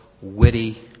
witty